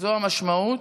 זו המשמעות.